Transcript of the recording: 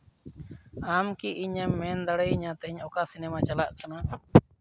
ᱟᱢ ᱠᱤ ᱤᱧᱮᱢ ᱢᱮᱱ ᱫᱟᱲᱮᱭᱟᱹᱧᱟᱹ ᱛᱮᱦᱮᱧ ᱚᱠᱟ ᱥᱤᱱᱮᱢᱟ ᱪᱟᱞᱟᱜ ᱠᱟᱱᱟ